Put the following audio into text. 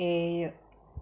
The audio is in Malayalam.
ഏഴ്